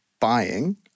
buying